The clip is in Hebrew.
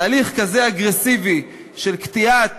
תהליך כזה אגרסיבי של קטיעת